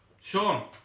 Sean